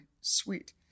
sweet